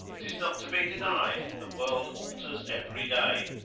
tis not to be denied, the world alters every day,